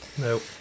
Nope